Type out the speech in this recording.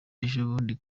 ejobundi